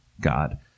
god